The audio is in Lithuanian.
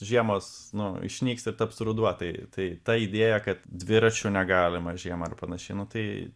žiemos nu išnyksi taps ruduo tai tai ta idėja kad dviračių negalima žiemą ar panašiai nu tai